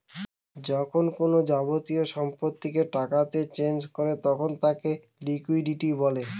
যখন কোনো যাবতীয় সম্পত্তিকে টাকাতে চেঞ করে তখন তাকে লিকুইডিটি বলে